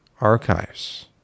archives